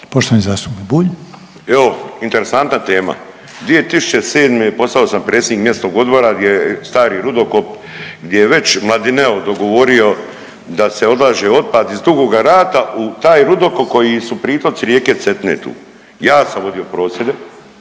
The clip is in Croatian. Miro (MOST)** Evo interesantna tema, 2007. postao sam predsjednik mjesnog odbora gdje je stari rudokop gdje je već Mladineo dogovorio da se odlaže otpad iz Dugoga Rata u taj rudokop koji su pritoci rijeke Cetine tu. Ja sam vodio prosvjede